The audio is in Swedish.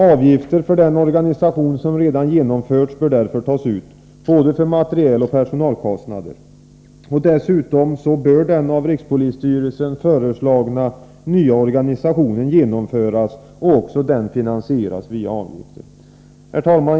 Avgifter för den organisation som redan genomförts bör därför tas ut för både materiel och personalkostnader. Dessutom bör den av rikspolisstyrelsen föreslagna nya organisationen genomföras, och också den finansieras via avgifter. Herr talman!